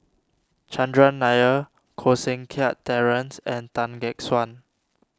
Chandran Nair Koh Seng Kiat Terence and Tan Gek Suan